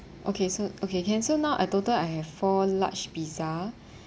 okay so okay can so now I total I have four large pizza